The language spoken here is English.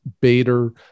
Bader